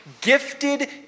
gifted